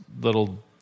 little